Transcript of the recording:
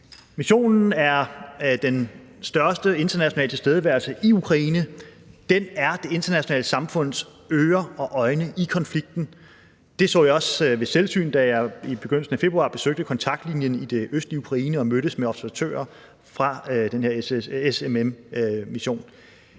Missionen er den største internationale tilstedeværelse i Ukraine. Den er det internationale samfunds ører og øjne i konflikten. Det så jeg også ved selvsyn, da jeg i begyndelsen af februar besøgte kontaktlinjen i det østlige Ukraine og mødtes med observatører fra den her SMM-mission.